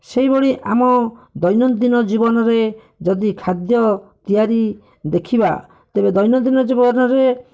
ସେଇଭଳି ଆମ ଦୈନନ୍ଦିନ ଜୀବନରେ ଯଦି ଖାଦ୍ୟ ତିଆରି ଦେଖିବା ତେବେ ଦୈନନ୍ଦିନ ଜୀବନରେ